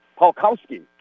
Polkowski